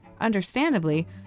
Understandably